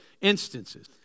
instances